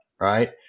right